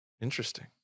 Interesting